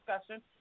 discussion